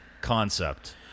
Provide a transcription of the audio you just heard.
concept